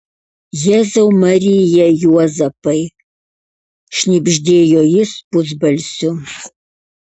jėzau marija juozapai šnibždėjo jis pusbalsiu